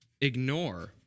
ignore